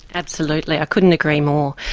absolutely, i couldn't agree more.